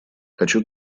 хочу